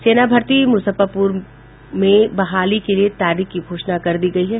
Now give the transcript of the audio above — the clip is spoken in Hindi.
सेना भर्ती बोर्ड मुजफ्फरपुर में बहाली के लिए तारीख की घोषणा कर दी गयी है